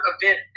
event